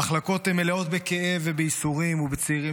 המחלקות מלאות בכאב ובייסורים ובצעירים,